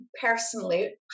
personally